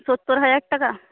সত্তর হাজার টাকা